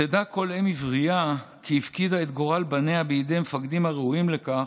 "תדע כל אם עברייה כי הפקידה את גורל בניה בידי מפקדים הראויים לכך"